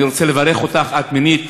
אני רוצה לברך אותך, את מינית,